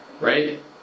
right